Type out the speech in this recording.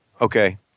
Okay